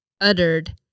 uttered